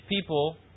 people